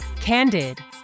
Candid